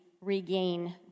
regain